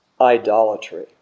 idolatry